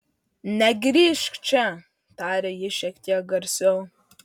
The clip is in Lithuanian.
negrįžk čia tarė ji šiek tiek garsiau